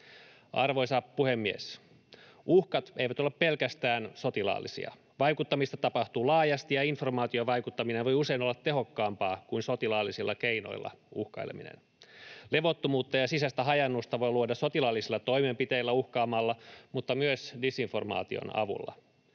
Arvoisa puhemies! Uhkat eivät ole pelkästään sotilaallisia. Vaikuttamista tapahtuu laajasti, ja informaatiovaikuttaminen voi usein olla tehokkaampaa kuin sotilaallisilla keinoilla uhkaileminen. Levottomuutta ja sisäistä hajaannusta voi luoda sotilaallisilla toimenpiteillä uhkaamalla mutta myös disinformaation avulla.